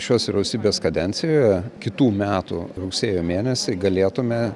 šios vyriausybės kadencijoje kitų metų rugsėjo mėnesį galėtume